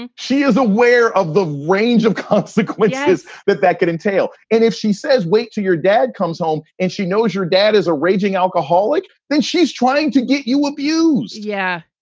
and she is aware of the range of consequences that that could entail. and if she says, wait till your dad comes home and she knows your dad is a raging alcoholic, then she's trying to get you abused. yeah,